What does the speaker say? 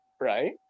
right